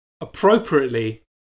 appropriately